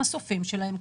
במסופים שלהם.